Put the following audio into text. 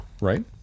Right